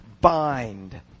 bind